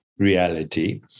reality